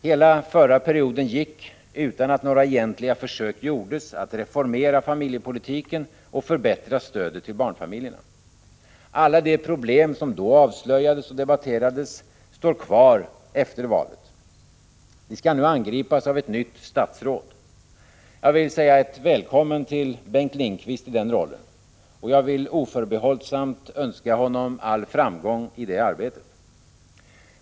Hela den förra perioden gick utan att några egentliga försök gjordes att reformera familjepolitiken och förbättra stödet till barnfamiljerna. Alla de problem som då avslöjades och debatterades står kvar efter valet. De skall nu angripas av ett nytt statsråd. Jag vill säga ett välkommen till Bengt Lindqvist i den rollen. Och jag vill oförbehållsamt önska honom all framgång i det arbetet.